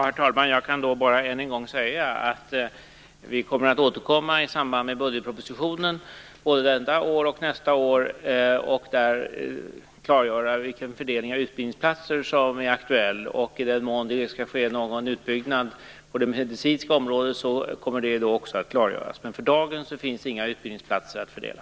Herr talman! Jag kan då bara än en gång säga att vi återkommer i samband med budgetpropositionen både detta år och nästa år och där klargöra vilken fördelning av utbildningsplatser som är aktuell. I den mån det skall ske någon utbyggnad på det medicinska området kommer detta då också att klargöras. Men för dagen finns inga utbildningsplatser att fördela.